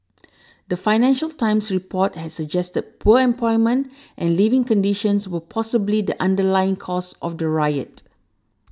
the Financial Times report had suggested poor employment and living conditions were possibly the underlying causes of the riot